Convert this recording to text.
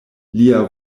lia